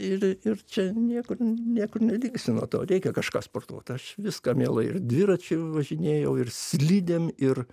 ir ir čia niekur niekur nedingsi nuo to reikia kažką sportuot aš viską mielai ir dviračiu važinėjau ir slidėm ir